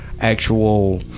actual